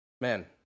man